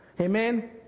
Amen